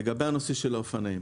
לגבי האופנועים.